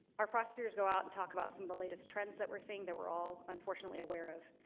our prosecutors go out and talk about some of the latest trend that we're seeing that we're all unfortunately aware of,